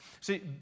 see